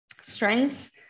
strengths